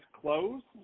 closed